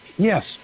Yes